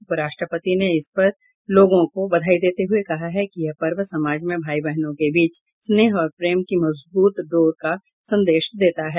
उप राष्ट्रपति ने इस अवसर पर लोगों को बधाई देते हुए कहा है कि यह पर्व समाज में भाई बहनों के बीच स्नेह और प्रेम की मजबूत डोर का संदेश देता है